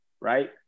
right